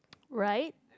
right